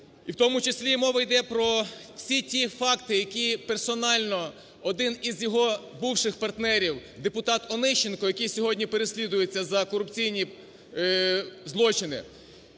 І в тому числі мова йде про всі ті факти, які персонально, один із його бувших партнерів, депутат Онищенко, який сьогодні переслідується за корупційні злочини,